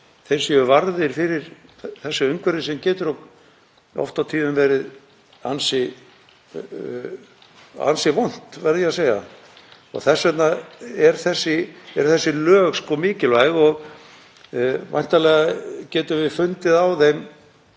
séu varðir fyrir þessu umhverfi sem getur oft og tíðum verið ansi vont, verð ég að segja. Þess vegna eru þessi lög mikilvæg. Væntanlega getum við fundið á þeim